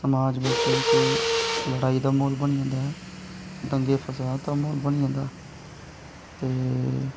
समाज बिच इक्क लड़ाई दा म्हौल बनी जंदा ऐ दंगे फसाद दा म्हौल बनी जंदा ऐ ते